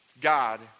God